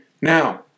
Now